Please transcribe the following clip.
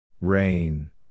Rain